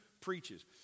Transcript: preaches